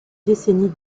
décennie